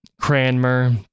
Cranmer